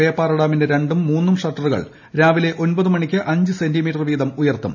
പേപ്പാറ ഡാമിന്റെ രണ്ടും മൂന്നും ഷട്ടറുകൾ രാവിലെ ഒൻപത് മണിക്ക് അഞ്ച് സെന്റീമീറ്റർ വീതം ഉയർത്തും